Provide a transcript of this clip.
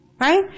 Right